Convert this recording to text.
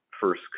first